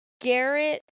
Garrett